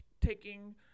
taking